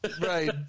Right